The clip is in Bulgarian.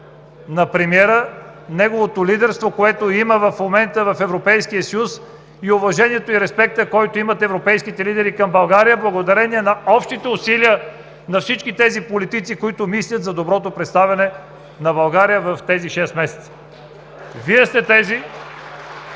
на премиера, неговото лидерство, което има в момента в Европейския съюз, уважението и респекта, които имат европейските лидери към България, благодарение на общите усилия на всички тези политици, които мислят за доброто представяне на България в тези шест месеца.(Ръкопляскания